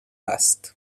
است